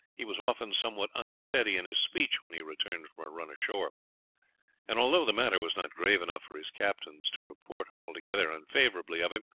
he was often somewhat unsteady in his speech when he returned from a run ashore and although the matter was not grave enough for his captains to report altogether unfavorably of him,